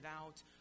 out